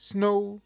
Snow